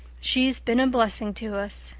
she's been a blessing to us,